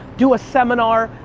do a seminar.